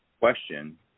question